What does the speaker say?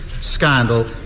scandal